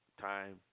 time